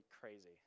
crazy